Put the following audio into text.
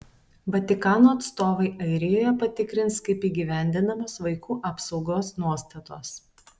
vatikano atstovai airijoje patikrins kaip įgyvendinamos vaikų apsaugos nuostatos